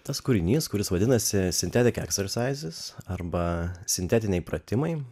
tas kūrinys kuris vadinasi sintetic exercizes arba sintetiniai pratimai